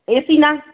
એસીના